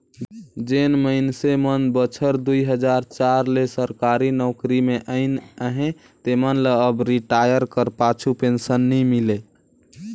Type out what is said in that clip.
जेन मइनसे मन बछर दुई हजार चार ले सरकारी नउकरी में अइन अहें तेमन ल अब रिटायर कर पाछू पेंसन नी मिले